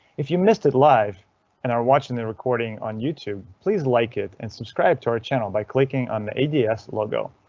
if you missed it live and are watching the recording on youtube please like it and subscribe to our channel by clicking on the ads logo.